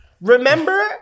remember